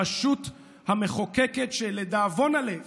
הרשות המחוקקת, שלדאבון הלב